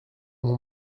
mon